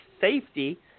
safety